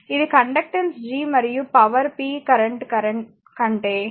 ఇది conductance G మరియుపవర్ p current కంటే చిత్రం 2